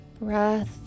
breath